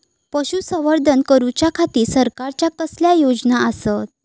पशुसंवर्धन करूच्या खाती सरकारच्या कसल्या योजना आसत?